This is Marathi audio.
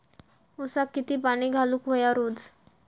ऊसाक किती पाणी घालूक व्हया रोज?